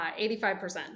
85%